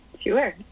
Sure